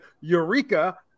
Eureka